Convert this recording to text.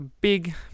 big